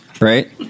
right